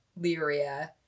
Lyria